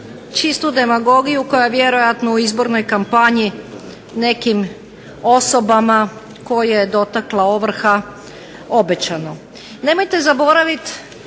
čistu demagogiju koja vjerojatno u izbornoj kampanji nekim osobama koje je dotakla ovrha obećano. Nemojte zaboraviti